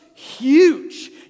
huge